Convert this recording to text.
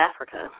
Africa